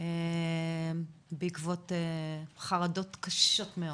בעקבות חרדות קשות מאוד,